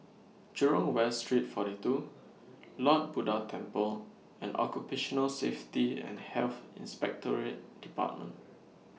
Jurong West Street forty two Lord Buddha Temple and Occupational Safety and Health Inspectorate department